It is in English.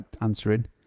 answering